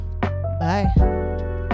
bye